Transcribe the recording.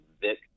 Vic